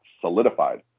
solidified